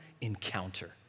encounter